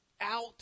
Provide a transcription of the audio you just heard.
out